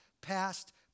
past